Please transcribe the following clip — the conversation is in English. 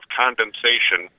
condensation